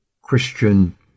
Christian